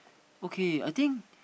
okay I think